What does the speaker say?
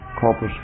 Corpus